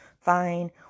fine